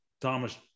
Thomas